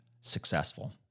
successful